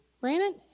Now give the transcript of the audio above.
Brandon